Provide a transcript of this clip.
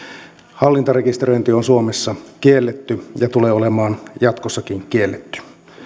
hallintarekisteröinti on suomessa kielletty ja tulee olemaan jatkossakin kielletty